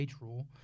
rule